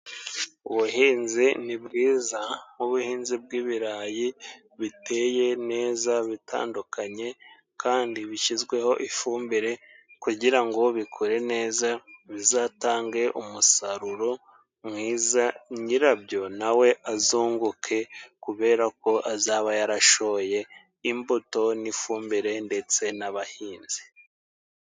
Ubuhinzi ni bwiza, nk'ubuhinzi bw'ibirayi biteye neza bitandukanye kandi bishyizweho ifumbire kugirango bikure neza bizatange umusaruro mwiza, nyirabyo nawe azunguke kubera ko azaba yarashoye imbuto n'ifumbire ndetse n'abahinzi.